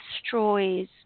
destroys